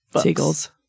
Seagulls